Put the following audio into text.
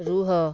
ରୁହ